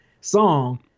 song